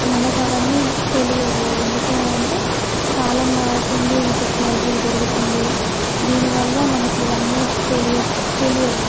మనకు అవన్నీ తెలియవు ఎందుకు అనంటే కాలం మారుతుంది ఈ టెక్నాలజీ పెరుగుతుంది దీనివల్ల మనకి ఇవన్నీ తెలియ తెలియవు